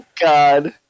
God